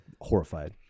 Horrified